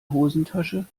hosentasche